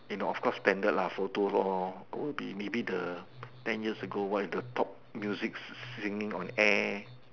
eh no of course standard lah photo lor it would be maybe ten years ago what is the the top music singing on air